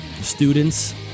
students